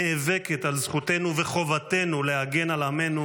נאבקת על זכותנו וחובתנו להגן על עמנו,